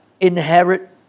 inherit